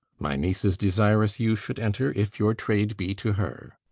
my niece is desirous you should enter, if your trade be to her.